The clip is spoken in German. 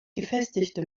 gefestigte